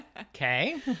Okay